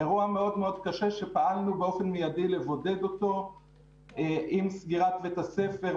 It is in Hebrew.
אירוע מאוד מאוד קשה שפעלנו באופן מיידי לבודד אותו עם סגירת בית הספר,